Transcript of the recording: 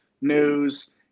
news